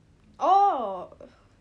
oh